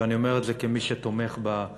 ואני אומר את זה כמי שתומך במאבק,